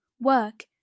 work